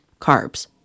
carbs